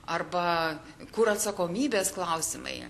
arba kur atsakomybės klausimai